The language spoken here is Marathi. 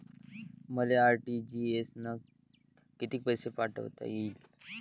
मले आर.टी.जी.एस न कितीक पैसे पाठवता येईन?